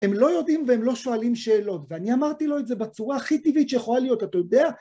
הם לא יודעים והם לא שואלים שאלות, ואני אמרתי לו את זה בצורה הכי טבעית שיכולה להיות, אתה יודע?